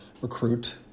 recruit